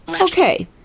Okay